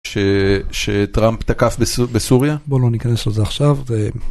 שטראמפ תקף בסוריה. בוא לא נכנס לזה עכשיו.